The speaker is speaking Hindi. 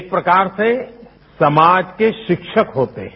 एक प्रकार से समाज के शिक्षक होते हैं